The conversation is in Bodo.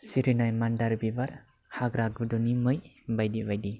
सिरिनाय मान्दार बिबार हाग्रा गुदुनि मै बायदि बायदि